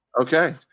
Okay